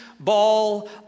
ball